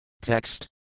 Text